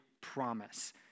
promise